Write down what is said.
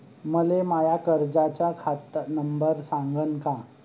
मले माया कर्जाचा खात नंबर सांगान का?